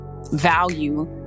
value